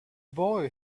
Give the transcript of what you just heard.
boy